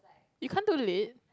you can't do it